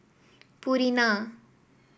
Purina